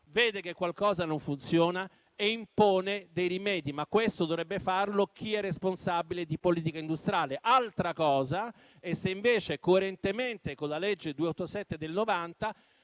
vede che qualcosa non funziona e impone rimedi, ma questo dovrebbe farlo chi è responsabile di politica industriale. Altra cosa è se invece, coerentemente con la legge n. 287 del